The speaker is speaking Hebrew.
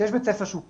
כשיש בית ספר קיים,